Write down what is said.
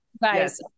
Guys